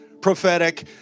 prophetic